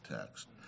text